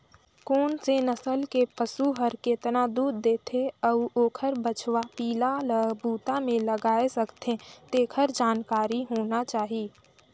कोन से नसल के पसु हर केतना दूद देथे अउ ओखर बछवा पिला ल बूता में लगाय सकथें, तेखर जानकारी होना चाही